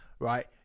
Right